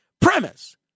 premise